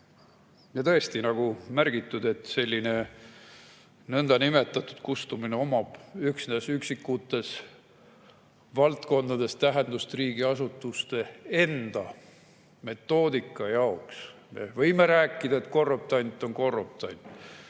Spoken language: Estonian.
tõesti, nagu märgitud, selline nõndanimetatud kustumine omab üksnes üksikutes valdkondades tähendust. Riigiasutuste enda metoodika jaoks võime rääkida, et korruptant on korruptant,